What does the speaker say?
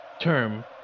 term